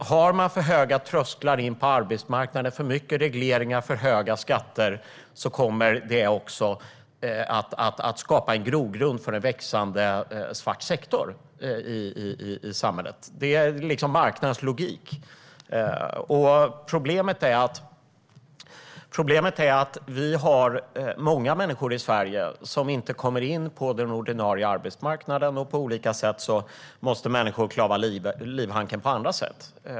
Om man har för höga trösklar in till arbetsmarknaden, för många regleringar och för höga skatter kommer det att skapa en grogrund för en växande svart sektor i samhället. Det är marknadens logik. Problemet är att vi har många människor i Sverige som inte kommer in på den ordinarie arbetsmarknaden och måste klara livhanken på andra sätt.